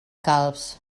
calbs